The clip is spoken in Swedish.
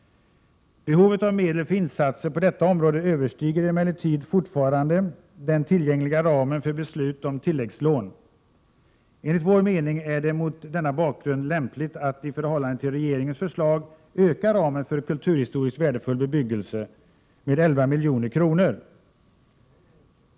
Behovet av medel för insatser på detta område överstiger emellertid fortfarande den tillgängliga ramen för beslut om tilläggslån. Enligt vår mening är det mot denna bakgrund lämpligt att i förhållande till regeringens förslag öka ramen för kulturhistoriskt värdefull beUVyggelse med 11 milj.kr.